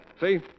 See